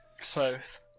South